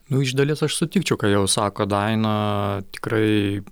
nu iš dalies aš sutikčiau ką jau sako daina tikrai